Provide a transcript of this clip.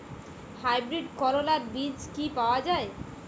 Hybrid করলার বীজ কি পাওয়া যায়?